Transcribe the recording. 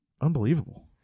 Unbelievable